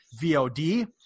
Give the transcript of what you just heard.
VOD